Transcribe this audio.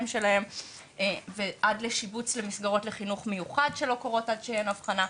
שלהם ועד לשיבוץ למסגרות לחינוך מיוחד שלא קורות עד שאין אבחנה.